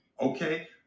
okay